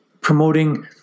promoting